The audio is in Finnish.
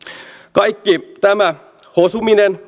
kaikki tämä hosuminen